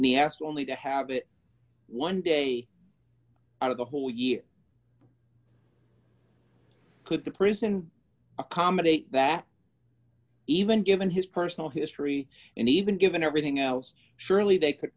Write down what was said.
asked only to have it one day out of the whole year could the prison accommodate that even given his personal history and even given everything else surely they could